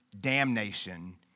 Damnation